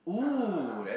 nah